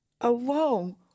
alone